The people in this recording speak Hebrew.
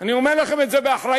אני אומר לכם את זה באחריות,